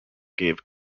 gave